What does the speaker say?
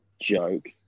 joke